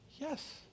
Yes